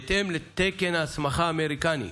בהתאם לתקן ההסמכה האמריקני,